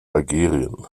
algerien